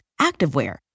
activewear